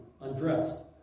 undressed